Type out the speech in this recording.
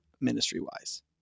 ministry-wise